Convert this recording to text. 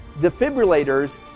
defibrillators